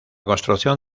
construcción